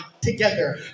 together